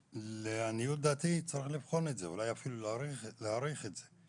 לעניות דעתי צריך לבחון אולי אפילו להאריך את זה.